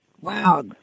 wow